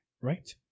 right